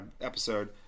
episode